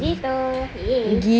macam gitu eh